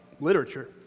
literature